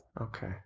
Okay